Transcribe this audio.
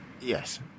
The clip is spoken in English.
Yes